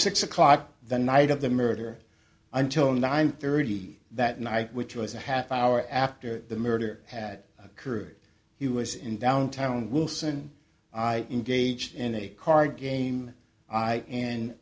six o'clock the night of the murder until nine thirty that night which was a half hour after the murder had occurred he was in downtown wilson i engaged in a card game i and